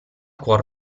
cuor